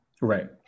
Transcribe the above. Right